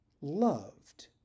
loved